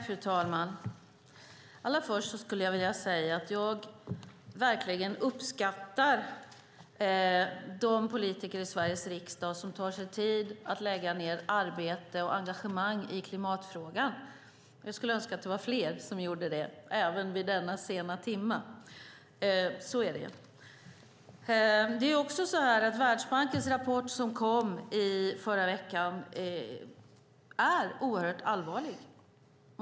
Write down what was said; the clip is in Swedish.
Fru talman! Allra först skulle jag vilja säga att jag verkligen uppskattar de politiker i Sveriges riksdag som tar sig tid att lägga ned arbete och engagerar sig i klimatfrågan. Jag skulle att det var fler som gjorde det även vid denna sena timma. Världsbankens rapport som kom i förra veckan är oerhört allvarlig.